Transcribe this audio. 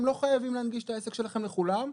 לא חייבים להנגיש את העסק שלכם לכולם,